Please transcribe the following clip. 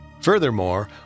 Furthermore